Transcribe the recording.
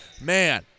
Man